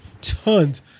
tons